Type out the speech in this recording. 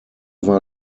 war